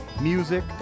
music